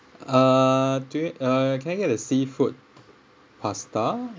uh do you uh can I get a seafood pasta